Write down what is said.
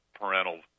parental